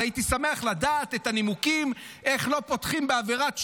אז הייתי שמח לדעת את הנימוקים איך לא פותחים בעבירת שוחד,